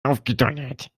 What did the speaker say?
aufgedonnert